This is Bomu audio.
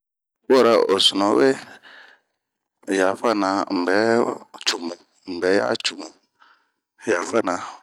N'fuora osunu uee ,yafana ,n'bɛ comu, yafana.